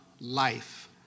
life